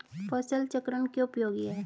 फसल चक्रण क्यों उपयोगी है?